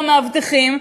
והמאבטחים,